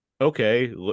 okay